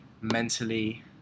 mentally